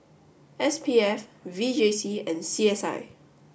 S P F V J C and C S I